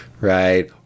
right